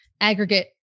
aggregate